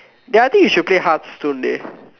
ya I think you should play harp soon dey